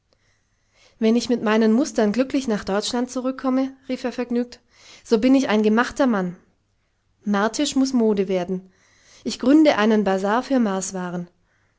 wenn ich mit meinen mustern glücklich nach deutschland zurückkomme rief er vergnügt so bin ich ein gemachter mann martisch muß mode werden ich gründe einen bazar für marswaren